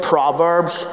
Proverbs